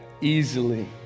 easily